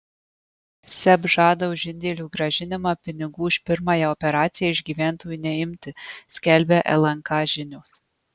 seb žada už indėlių grąžinimą pinigų už pirmąją operaciją iš gyventojų neimti skelbia lnk žinios